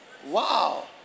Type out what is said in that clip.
Wow